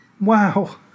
wow